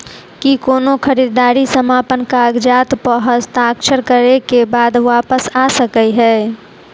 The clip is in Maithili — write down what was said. की कोनो खरीददारी समापन कागजात प हस्ताक्षर करे केँ बाद वापस आ सकै है?